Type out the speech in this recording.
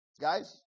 guys